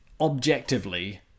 objectively